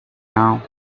now